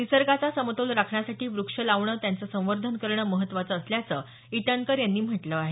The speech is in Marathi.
निसर्गाचा समतोल राखण्यासाठी वृक्ष लावणं त्यांच संवर्धन करणं महत्त्वाचं असल्याचं इटनकर यांनी म्हटलं आहे